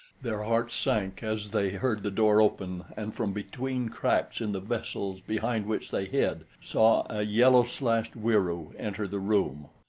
their hearts sank as they heard the door open and from between cracks in the vessels behind which they hid saw a yellow-slashed wieroo enter the room.